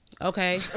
okay